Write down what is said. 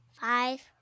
Five